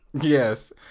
Yes